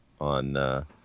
on